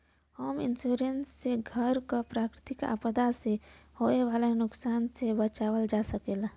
home insurance से घर क प्राकृतिक आपदा से होये वाले नुकसान से बचावल जा सकला